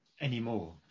anymore